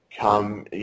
come